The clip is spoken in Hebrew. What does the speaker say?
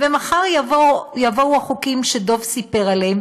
ומחר יבואו החוקים שדב סיפר עליהם.